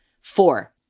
Four